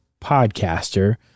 podcaster